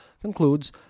concludes